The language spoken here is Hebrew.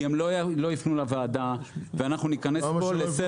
הם לא ייפנו לוועדה ואנחנו ניכנס פה לסרט.